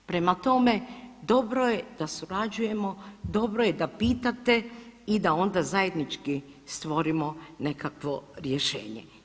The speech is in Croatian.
Prema tome, dobro je da surađujemo, dobro je da pitate i da onda zajednički stvorimo nekakvo rješenje.